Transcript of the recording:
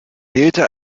wählte